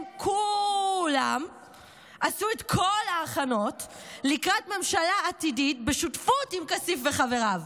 הם כולם עשו את כל ההכנות לקראת ממשלה עתידית בשותפות עם כסיף וחבריו.